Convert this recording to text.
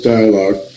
Dialogue